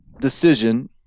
decision